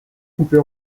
coupés